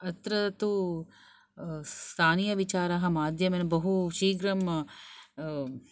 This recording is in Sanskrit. अत्र तु स्थानीयविचाराः माध्यमेन बहु शीघ्रम्